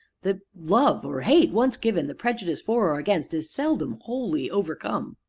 the love or hate once given, the prejudice for, or against, is seldom wholly overcome.